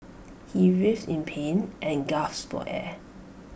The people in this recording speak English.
he writhed in pain and gasp for air